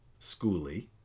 Schooly